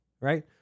right